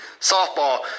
softball